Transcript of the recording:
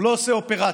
הוא לא עושה אופרציה.